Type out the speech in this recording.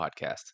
podcast